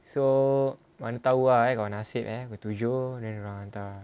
so mana tahu ah got nasib ah time tujuh then baru hantar